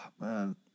man